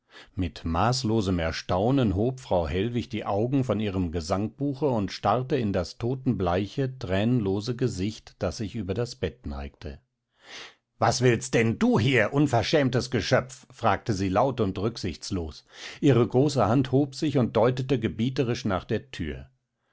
mit maßlosem erstaunen hob frau hellwig die augen von ihrem gesangbuche und starrte in das totenbleiche thränenlose gesicht das sich über das bett neigte was willst denn du hier unverschämtes geschöpf fragte sie laut und rücksichtslos ihre große hand hob sich und deutete gebieterisch nach der thür